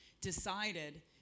decided